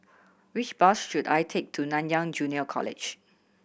which bus should I take to Nanyang Junior College